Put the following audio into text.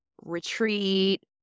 retreat